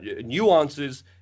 nuances